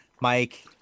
Mike